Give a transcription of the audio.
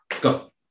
Go